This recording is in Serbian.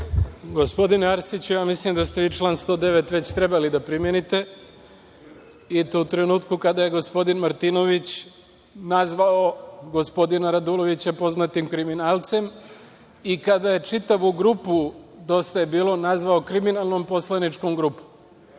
Gospodine Arsiću, ja mislim da ste vi član 109. već trebali da primenite, i to u trenutku kada je gospodin Martinović nazvao gospodina Radulovića „poznatim kriminalcem“ i kada je čitavu grupu Dosta je bilo nazvao „kriminalnom poslaničkom grupom“.Ja